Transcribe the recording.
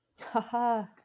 haha